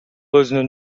өзүнүн